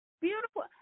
Beautiful